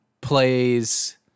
plays